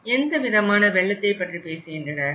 எந்தவிதமான வெள்ளத்தைப் பற்றி பேசுகின்றனர்